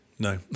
No